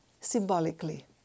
symbolically